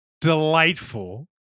delightful